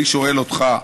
אני שואל אותך,